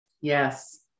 Yes